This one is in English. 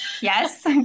Yes